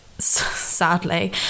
sadly